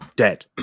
dead